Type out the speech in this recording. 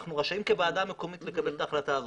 הרי אנחנו רשאים בוועדה מקומית לקבל את ההחלטה הזאת.